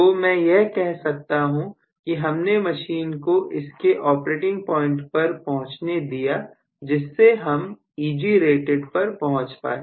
तो मैं यह कह सकता हूं कि हमने मशीन को इसके ऑपरेटिंग प्वाइंट पर पहुंचने दिया जिससे हम Egrated पर पहुंच पाए